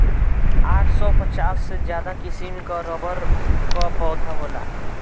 आठ सौ पचास से ज्यादा किसिम कअ रबड़ कअ पौधा होला